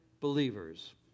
believers